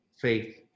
faith